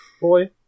boy